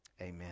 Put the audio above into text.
Amen